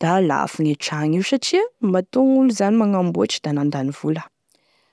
Da lafo gne tragno io satria matoa gn'olo zany nagnamboatry da nandany vola,